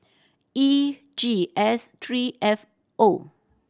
E G S three F O